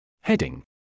Heading